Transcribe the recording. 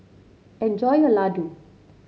enjoy your laddu